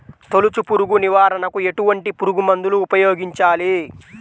తొలుచు పురుగు నివారణకు ఎటువంటి పురుగుమందులు ఉపయోగించాలి?